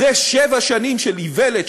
אחרי שבע שנים של איוולת,